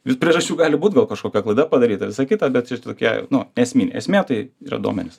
juk priežasčių gali būt gal kažkokia klaida padaryta visa kita bet tokia nu esminė esmė tai yra duomenys